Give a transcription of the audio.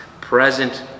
present